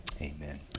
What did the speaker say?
Amen